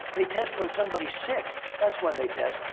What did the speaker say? they test when somebody's sick. that's when they test.